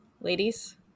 Ladies